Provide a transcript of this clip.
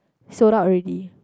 sold out already